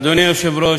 אדוני היושב-ראש,